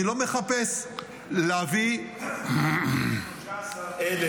אני לא מחפש להביא --- מתוך 13,000